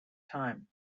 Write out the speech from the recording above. time